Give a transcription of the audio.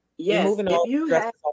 yes